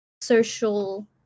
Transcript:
social